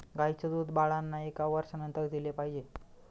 गाईचं दूध बाळांना एका वर्षानंतर दिले पाहिजे